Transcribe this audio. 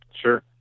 Sure